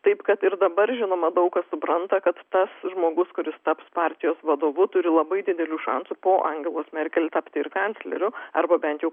taip kad ir dabar žinoma daug kas supranta kad tas žmogus kuris taps partijos vadovu turi labai didelių šansų po angelos merkel tapti ir kancleriu arba bent jau